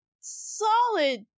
solid